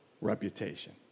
reputation